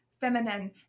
feminine